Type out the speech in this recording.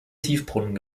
tiefbrunnen